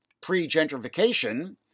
pre-gentrification